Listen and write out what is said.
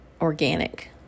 organic